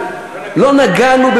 לא נגענו,